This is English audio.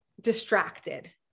distracted